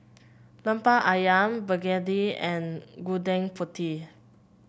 lemper ayam begedil and Gudeg Putih